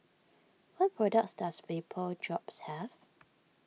what products does Vapodrops have